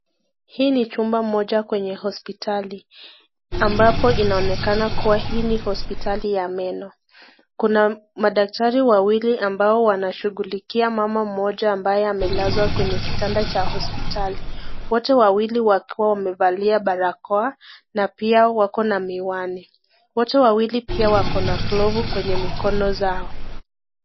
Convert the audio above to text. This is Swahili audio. Hii ni chumba moja kwenye hospitali ambapo inaonekana kuwa hii ni hospitali ya meno kuna madaktari wawili ambao wanshughulikia mama mmoja ambaye amelazwa kwenye kitanda cha hospitali. Wote wawili wakiwa wamevalia barakoa na pia wako na miwani, wote wawili pia wako na glavu kwenye mikono zao.